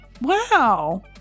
wow